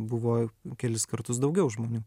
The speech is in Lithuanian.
buvo kelis kartus daugiau žmonių